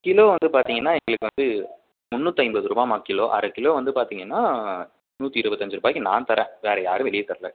kilo வந்து பார்த்தீங்கன்னா எங்களுக்கு வந்து முன்னூற்றி ஐம்பது ரூபாய்ம்மா கிலோ அரை கிலோ வந்து பார்த்தீங்கன்னா நூற்றி இருபத்தஞ்சி ரூபாய்க்கு நான் தரேன் வேறு யாரும் வெளியே தரலை